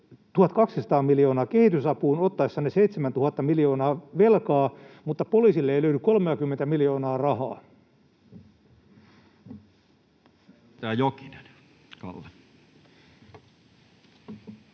1 200 miljoonaa kehitysapuun ottaessanne 7 000 miljoonaa velkaa mutta poliisille ei löydy 30:tä miljoonaa rahaa? [Speech